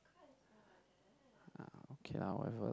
okay lah whatever